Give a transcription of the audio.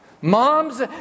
Moms